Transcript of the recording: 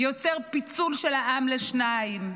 יוצר פיצול של העם לשניים.